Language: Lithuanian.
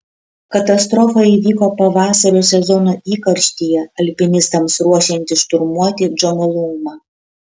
katastrofa įvyko pavasario sezono įkarštyje alpinistams ruošiantis šturmuoti džomolungmą